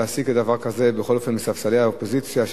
להשיג דבר כזה מספסלי האופוזיציה,